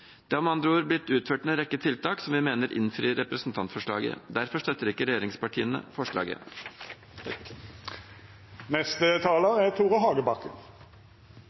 Det har med andre ord blitt utført en rekke tiltak som vi mener innfrir representantforslaget. Derfor støtter ikke regjeringspartiene forslaget.